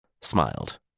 smiled